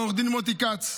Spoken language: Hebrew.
לעו"ד מוטי כץ,